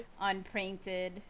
Unprinted